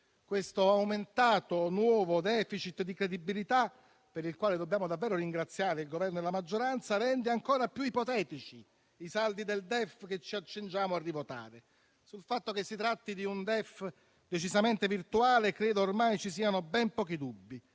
L'aumentato nuovo *deficit* di credibilità, per il quale dobbiamo davvero ringraziare il Governo e la maggioranza, rende ancora più ipotetici i saldi del DEF che ci accingiamo a rivotare. Sul fatto che si tratti di un DEF decisamente virtuale credo che ormai ci siano ben pochi dubbi.